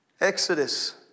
Exodus